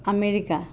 America